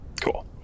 Cool